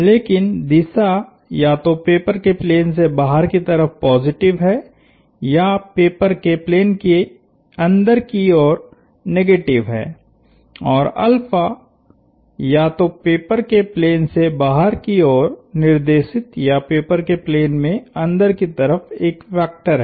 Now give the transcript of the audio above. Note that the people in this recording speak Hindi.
लेकिन दिशा या तो पेपर के प्लेन से बाहर की तरफ पॉजिटिव है या पेपर के प्लेन के अंदर की ओर निगेटिव है और या तो पेपर के प्लेन से बाहर की ओर निर्देशित या पेपर के प्लेन में अंदर की तरफ एक वेक्टर है